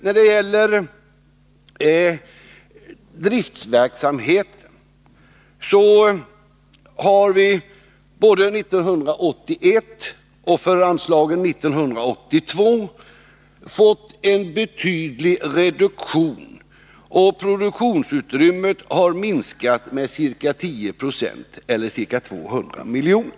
När det gäller driftverksamheten har vi både 1981 och i anslagen för 1982 fått en betydlig reduktion, och produktionsutrymmet har minskat med ca 10 96, eller ca 200 miljoner.